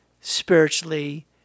spiritually